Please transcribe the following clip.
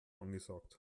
angesagt